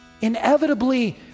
Inevitably